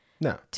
No